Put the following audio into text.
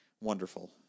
wonderful